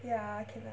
ya I cannot